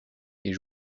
ils